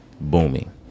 booming